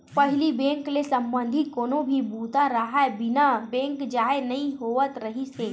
पहिली बेंक ले संबंधित कोनो भी बूता राहय बिना बेंक जाए नइ होवत रिहिस हे